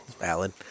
Valid